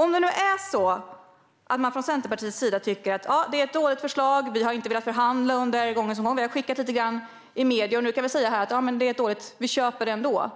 Om man nu från Centerpartiets sida tycker att detta är ett dåligt förslag men inte har förhandlat om det eller framfört mer kritik än några inlägg i medierna och nu tycker att man trots allt kan gå med på det,